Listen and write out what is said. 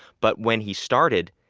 but when he started,